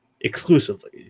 exclusively